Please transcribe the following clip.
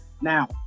Now